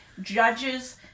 Judges